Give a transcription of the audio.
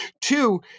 Two